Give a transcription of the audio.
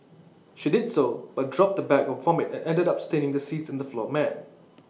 she did so but dropped the bag of vomit and ended up staining the seats and the floor mat